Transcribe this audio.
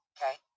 Okay